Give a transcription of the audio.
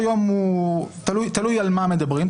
תלוי על מה מדברים.